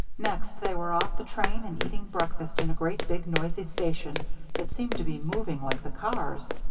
next they were off the train and eating breakfast in a great big noisy station that seemed to be moving like the cars.